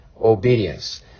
obedience